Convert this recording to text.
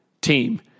team